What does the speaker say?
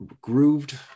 grooved